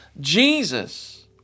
Jesus